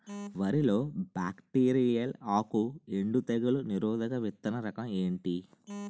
వరి లో బ్యాక్టీరియల్ ఆకు ఎండు తెగులు నిరోధక విత్తన రకం ఏంటి?